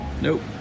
Nope